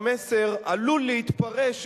המסר עלול להתפרש,